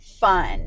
fun